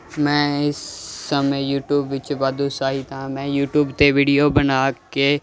ਮੈਂ ਇਸ ਸਮੇਂ ਯੂਟੀਊਬ ਵਿੱਚ ਵਾਧੂ ਸਾਹਿਤ ਹਾਂ ਮੈਂ ਯੂਟੀਊਬ 'ਤੇ ਵੀਡੀਓ ਬਣਾ ਕੇ